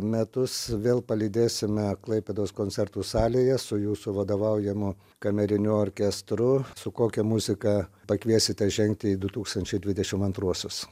metus vėl palydėsime klaipėdos koncertų salėje su jūsų vadovaujamu kameriniu orkestru su kokia muzika pakviesite žengti į du tūkstančiai dvidešim antruosius